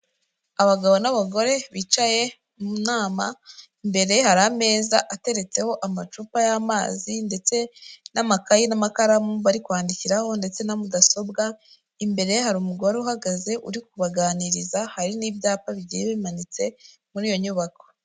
Abagabo n'abagore bicaye mu nama, imbere hari ameza ateretseho amacupa y'amazi ndetse n'amakayi n'amakaramu bari kwandikiraho ndetse na mudasobwa, imbere hari umugore uhagaze uri kubaganiriza hari n'ibyapa bigiye bimanitse muri iyo nyubako.